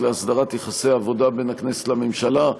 להסדרת יחסי העבודה בין הכנסת לממשלה.